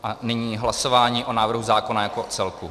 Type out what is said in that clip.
A nyní hlasování o návrhu zákona jako o celku.